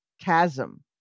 chasm